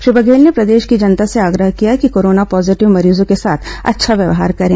श्री बघेल ने प्रदेश की जनता से आग्रह किया कि कोरोना पॉजीटिव मरीजों के साथ अच्छा व्यवहार करें